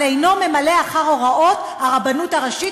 אבל אינו ממלא אחר הוראות הרבנות הראשית,